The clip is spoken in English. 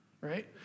right